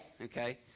Okay